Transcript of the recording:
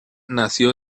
nació